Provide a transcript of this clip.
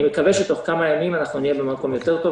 אני מקווה שבתוך כמה ימים נהיה במקום טוב יותר,